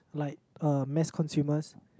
like uh mass consumers